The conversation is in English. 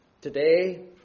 Today